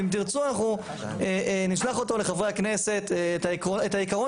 ואם תרצו אנחנו נשלח אותו לחברי הכנסת ואת העיקרון